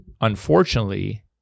unfortunately